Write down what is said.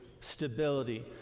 stability